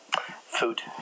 food